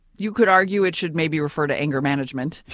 you could argue it should maybe refer to anger management,